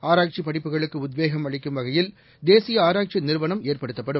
ஆராய்ச்சிப் படிப்புகளுக்குஉத்வேகம் அளிக்கும் வகையில் தேசிய ஆராய்ச்சிநிறுவனம் ஏற்படுத்தப்படும்